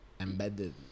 embedded